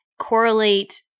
correlate